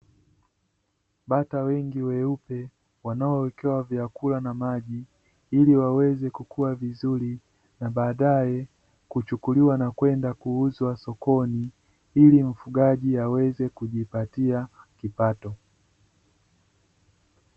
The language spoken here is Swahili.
Bata wengi weupe wanaowekewa vyakula na maji ili waweze kukua vizuri na baadaye, kuchukuliwa na kwenda kuuzwa sokoni ili mfugaji aweze kujipatia kipato.